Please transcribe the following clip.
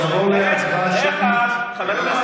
חבר הכנסת ואטורי,